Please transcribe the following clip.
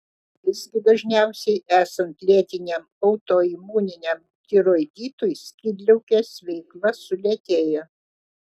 visgi dažniausiai esant lėtiniam autoimuniniam tiroiditui skydliaukės veikla sulėtėja